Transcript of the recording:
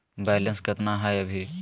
Balance केतना हय अभी?